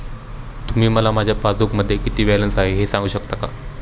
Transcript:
तुम्ही मला माझ्या पासबूकमध्ये किती बॅलन्स आहे हे सांगू शकता का?